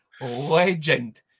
legend